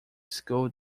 school